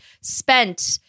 spent